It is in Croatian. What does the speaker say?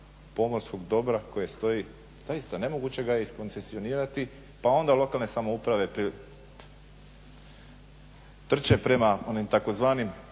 pomorskog dobra koje stoji. Zaista nemoguće ga je iskoncesionirati pa onda lokalne samouprave trče prema onim tzv.